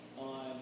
on